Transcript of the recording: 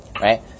right